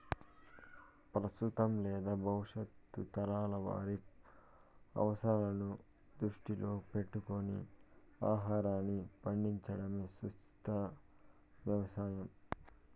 ప్రస్తుతం లేదా భవిష్యత్తు తరాల వారి అవసరాలను దృష్టిలో పెట్టుకొని ఆహారాన్ని పండించడమే సుస్థిర వ్యవసాయం